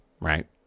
right